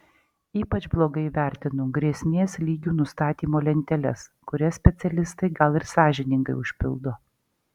ypač blogai vertinu grėsmės lygių nustatymo lenteles kurias specialistai gal ir sąžiningai užpildo